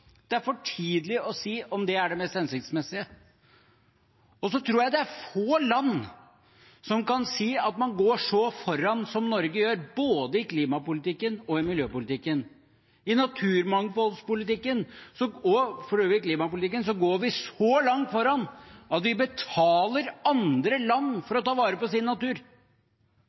Det er for tidlig å si om det er det mest hensiktsmessige. Så tror jeg det er få land som kan si at man går så foran som Norge gjør, både i klimapolitikken og i miljøpolitikken. I naturmangfoldspolitikken og for øvrig i klimapolitikken går vi så langt foran at vi betaler andre land for å ta vare på sin natur.